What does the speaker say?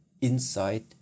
inside